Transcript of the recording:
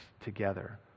together